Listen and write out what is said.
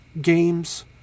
games